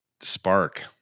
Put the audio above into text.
spark